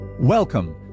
Welcome